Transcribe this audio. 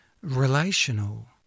relational